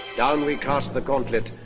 down we cast the gauntlet,